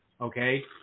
okay